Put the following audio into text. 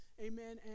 amen